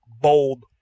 bold